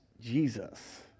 Jesus